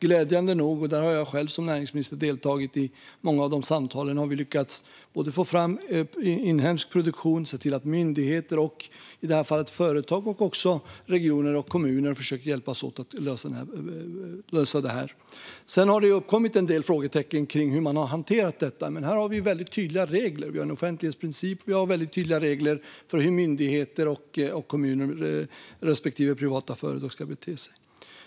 Glädjande nog - och där har jag själv som näringsminister deltagit i många av samtalen - har vi lyckats få fram inhemsk produktion och sett till att myndigheter och i det här fallet företag och även regioner och kommuner har försökt att hjälpas åt att lösa detta. Sedan har det uppkommit en del frågetecken kring hur man har hanterat det här. Men här har vi tydliga regler. Vi har en offentlighetsprincip, och vi har andra tydliga regler för hur myndigheter respektive kommuner och privata företag ska bete sig.